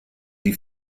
die